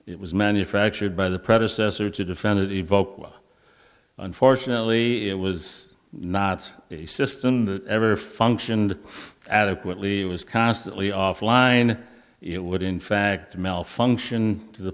it was manufactured by the predecessor to defend it evoked unfortunately it was not a system that ever functioned adequately it was constantly offline it would in fact malfunction to the